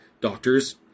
doctors